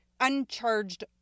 uncharged